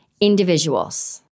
individuals